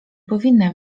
powinna